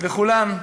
וכולם,